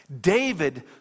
David